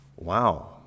Wow